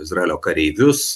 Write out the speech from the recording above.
izraelio kareivius